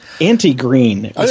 anti-green